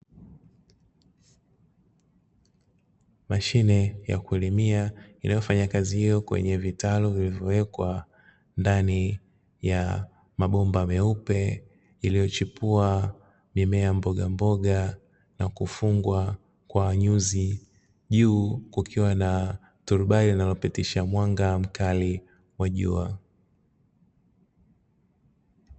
Mashine ya kulimia inayofanya kazi hiyo kwenye vitalu vilivyowekwa ndani ya mabomba meupe, iliyochipua mimea ya Mbogamboga na kufungwa kwa nyuzi juu kukiwa na turubai linalopitisha mwanga mkali wa jua.